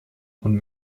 und